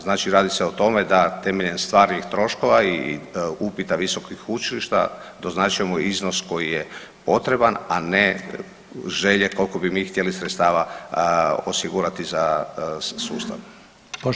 Znači radi se o tome da temeljem stvarnih troškova i upita visokih učilišta doznačujemo iznos koji je potreban, a ne želje koliko bi htjeli sredstava osigurati za sustav.